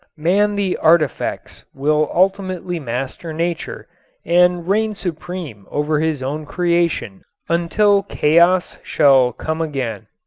man the artifex will ultimately master nature and reign supreme over his own creation until chaos shall come again.